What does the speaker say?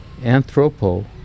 Anthropo